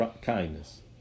kindness